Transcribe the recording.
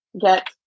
get